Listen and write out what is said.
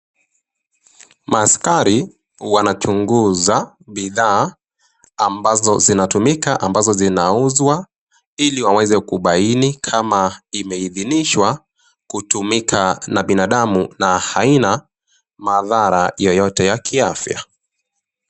Maaskari wanachunguza bidha ambazo zinatumika, ambazo zinauzwa, iliwaweze kubahini kama imiidhinishwa kutumika na binadamu na haina mazara yoyote ya kiafya.